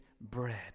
bread